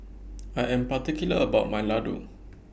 I Am particular about My Ladoo